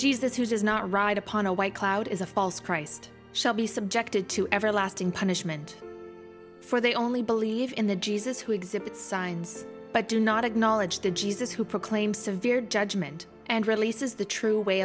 jesus who does not ride upon a white cloud is a false christ shall be subjected to everlasting punishment for they only believe in the jesus who exhibit signs but do not acknowledge the jesus who proclaim severe judgement and releases the true way